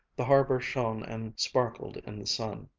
the harbor shone and sparkled in the sun,